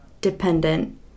dependent